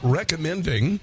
recommending